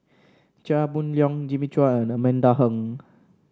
Chia Boon Leong Jimmy Chua and Amanda Heng